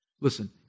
Listen